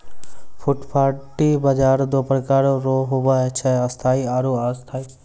फुटपाटी बाजार दो प्रकार रो हुवै छै स्थायी आरु अस्थायी